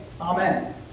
amen